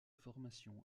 formation